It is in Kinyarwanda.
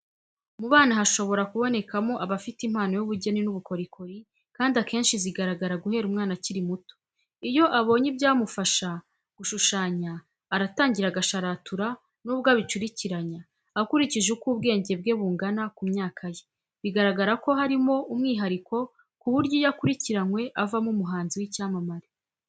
Mu bana hashobora kubonekamo abafite impano y'ubugeni n'ubukorikori, kandi akenshi zigaragara guhera umwana akiri muto. Iyo abonye ibyamufasha gushushanya aratangira agasharatura n'ubwo abicurikiranya, ukurikije uko ubwenge bwe bungana ku myaka ye, bigaragara ko harimo umwihariko ku buryo iyo akurikiranywe avamo umuhanzi w'icyamamare.